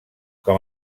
com